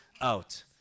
out